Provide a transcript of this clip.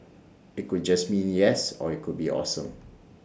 IT could just mean yes or IT could be awesome